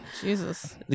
Jesus